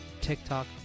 TikTok